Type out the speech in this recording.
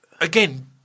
again